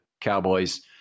Cowboys